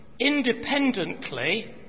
independently